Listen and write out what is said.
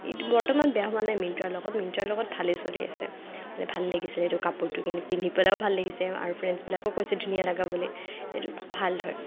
বৰ্তমান বেয়া হোৱা নাই মিনট্ৰাৰ লগত মিনট্ৰাৰ লগত ভালেই চলি আছে মানে ভাল লাগিছে সেইটো কাপোৰটো কিনি পিন্ধি পেলাইয়ো ভাল লাগিছে আৰু ফ্ৰেণ্ডচ্বিলাকেও কৈছে ধুনীয়া লগা বুলি সেইটো ভাল হয়